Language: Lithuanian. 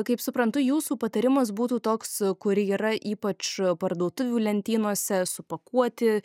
kaip suprantu jūsų patarimas būtų toks kur yra ypač parduotuvių lentynose supakuoti